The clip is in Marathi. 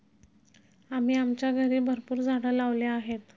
आम्ही आमच्या घरी भरपूर झाडं लावली आहेत